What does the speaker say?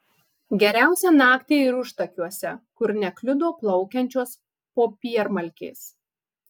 geriausia naktį ir užtakiuose kur nekliudo plaukiančios popiermalkės